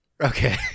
okay